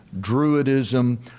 Druidism